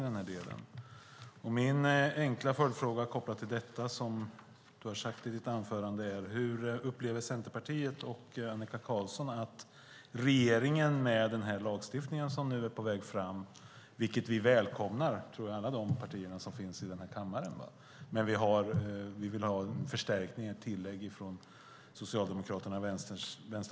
Jag har en enkel följdfråga kopplad till det som du har sagt i ditt anförande. Jag tror att alla partier som finns i denna kammare välkomnar den lagstiftning som nu är på väg, men vi vill från Socialdemokraternas och Vänsterpartiets sida ha förstärkningar och tillägg i den.